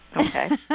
Okay